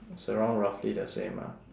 it's around roughly the same lah